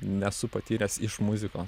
nesu patyręs iš muzikos